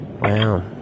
Wow